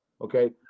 Okay